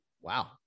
wow